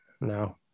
no